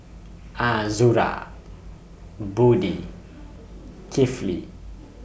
Azura Budi Kifli